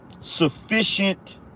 sufficient